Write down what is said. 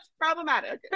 problematic